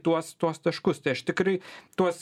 tuos tuos taškus tai aš tikrai tuos